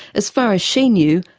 as far as she knew,